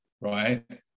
right